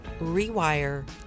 rewire